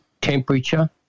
temperature